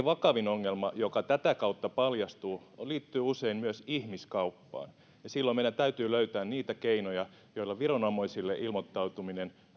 vakavin ongelma joka tätä kautta paljastuu liittyy usein myös ihmiskauppaan ja silloin meidän täytyy löytää niitä keinoja joilla viranomaisille ilmoittautuminen